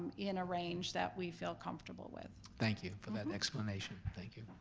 in a range that we feel comfortable with. thank you for that explanation, thank you.